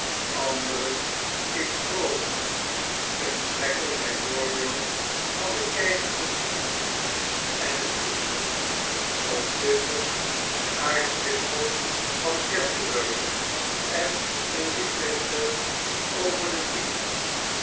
anderen in proza gesprekken bij voorbeeld van den keizer van china en een oester of tusschen den aartsbisschop van canterbury en een dissenter over de tienden